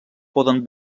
poden